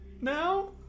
Now